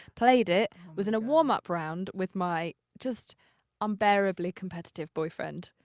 played it, was in a warm-up round with my just unbearably competitive boyfriend,